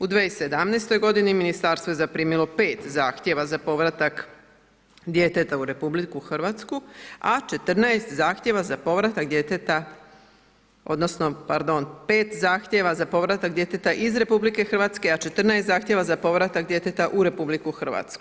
U 2017. godini Ministarstvo je zaprimilo 5 zahtjeva za povratak djeteta u RH, a 14 zahtjeva za povratak djeteta odnosno, pardon 5 zahtjeva za povratak djeteta iz RH, a 14 zahtjeva za povratak djeteta u RH.